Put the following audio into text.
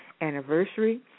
anniversary